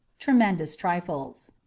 tremendous trifles